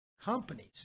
companies